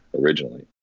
originally